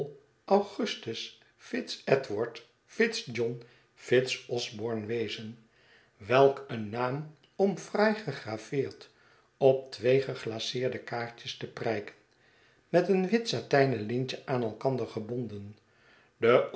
augustus fitz edward fitz john fitzosborne wezen welk een naam om fraai gegraveerd op twee geglaceerde kaartjes te prijken met een wit satijnen lintje aan elkander gebonden